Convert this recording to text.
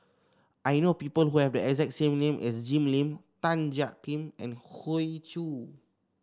I know people who have the exact name as Jim Lim Tan Jiak Kim and Hoey Choo